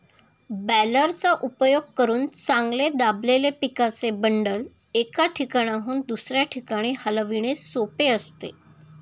बॅलरचा उपयोग करून चांगले दाबलेले पिकाचे बंडल, एका ठिकाणाहून दुसऱ्या ठिकाणी हलविणे सोपे असते